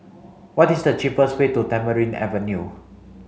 what is the cheapest way to Tamarind Avenue